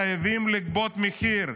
חייבים לגבות מחיר.